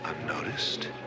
unnoticed